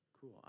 Cool